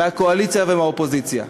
מהקואליציה ומהאופוזיציה.